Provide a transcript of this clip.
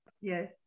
yes